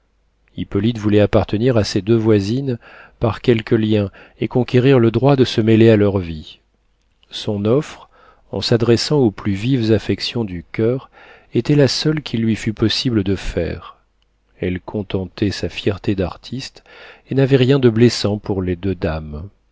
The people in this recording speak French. hippolyte voulait appartenir à ses deux voisines par quelque lien et conquérir le droit de se mêler à leur vie son offre en s'adressant aux plus vives affections du coeur était la seule qu'il lui fût possible de faire elle contentait sa fierté d'artiste et n'avait rien de blessant pour les deux dames